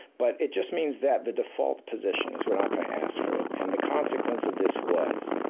but, it just means that the default position is we're not gonna ask for it. and the consequence of this was,